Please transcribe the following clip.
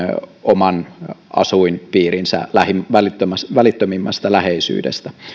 oman asuinpiirin välittömimmästä läheisyydestä